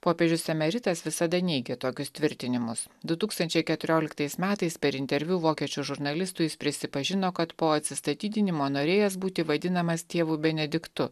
popiežius emeritas visada neigė tokius tvirtinimus du tūkstančiai keturioliktais metais per interviu vokiečių žurnalistui jis prisipažino kad po atsistatydinimo norėjęs būti vadinamas tėvu benediktu